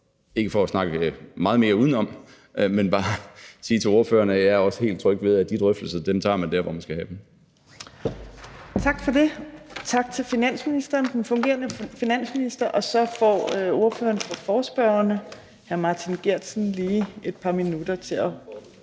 ikke for at snakke meget mere udenom, men jeg vil bare sige til ordføreren, at jeg også er helt tryg ved, at de drøftelser tager man der, hvor man skal have dem. Kl. 14:56 Fjerde næstformand (Trine Torp): Tak til den fungerende finansminister. Og så får ordføreren for forespørgerne, hr. Martin Geertsen, lige et par minutter til at